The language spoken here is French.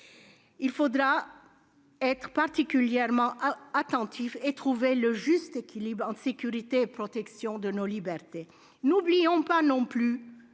nous montrer particulièrement attentifs et trouver le juste équilibre entre sécurité et protection de nos libertés. N'oublions pas non plus